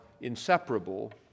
inseparable